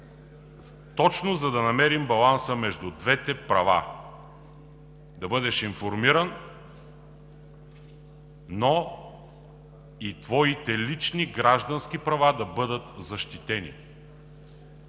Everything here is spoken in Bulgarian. точно за да намерим баланса между двете права – да бъдеш информиран, но и твоите лични граждански права да бъдат защитени.